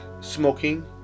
smoking